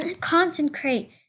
concentrate